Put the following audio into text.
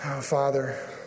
Father